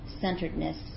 centeredness